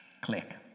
click